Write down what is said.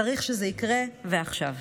צריך שזה יקרה, ועכשיו.